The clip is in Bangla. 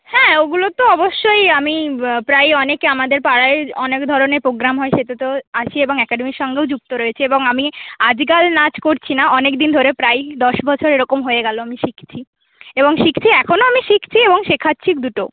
হ্যাঁ ওগুলো তো অবশ্যই আমি প্রায় অনেক আমাদের পাড়ায় অনেক ধরনের প্রোগ্রাম হয় সেটাতেও আছি এবং অ্যাকাডেমির সঙ্গেও যুক্ত রয়েছি এবং আমি আজকাল নাচ করছি না অনেকদিন ধরে প্রায়ই দশ বছর এরকম হয়ে গেলো আমি শিখছি এবং শিখছি এখনও আমি শিখছি এবং শেখাচ্ছি দুটো